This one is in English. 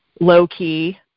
low-key